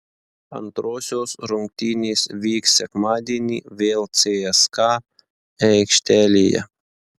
antrosios rungtynės vyks sekmadienį vėl cska aikštelėje